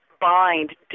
bind